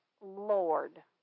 Lord